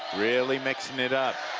really mixing it up.